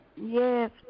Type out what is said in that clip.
yes